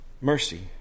mercy